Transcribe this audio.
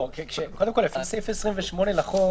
לפי סעיף 28 לחוק,